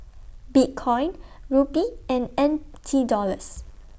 Bitcoin Rupee and N T Dollars